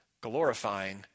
glorifying